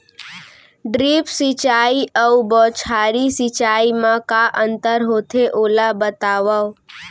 Drip सिंचाई अऊ बौछारी सिंचाई मा का अंतर होथे, ओला बतावव?